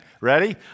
Ready